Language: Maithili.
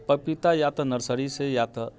पपीता या तऽ नर्सरीसँ या तऽ